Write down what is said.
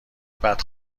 بعد